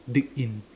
dig in